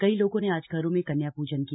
कई लोगों ने आज घरों में कन्या पूजन किया